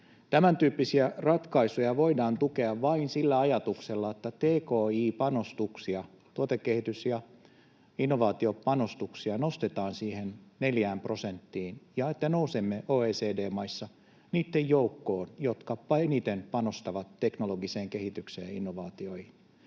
Tämän tyyppisiä ratkaisuja voidaan tukea vain sillä ajatuksella, että tki-panostuksia, tuotekehitys- ja innovaatiopanostuksia nostetaan siihen neljään prosenttiin ja että nousemme OECD-maissa niitten joukkoon, jotka eniten panostavat teknologiseen kehitykseen ja innovaatioihin,